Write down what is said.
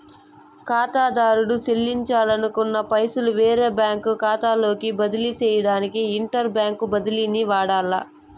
కాతాదారుడు సెల్లించాలనుకున్న పైసలు వేరే బ్యాంకు కాతాలోకి బదిలీ సేయడానికి ఇంటర్ బ్యాంకు బదిలీని వాడాల్ల